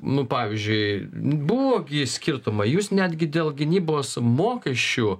nu pavyzdžiui buvo gi skirtumai jūs netgi dėl gynybos mokesčių